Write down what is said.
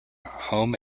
home